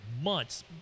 months